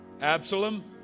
Absalom